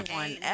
one